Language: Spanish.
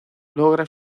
logra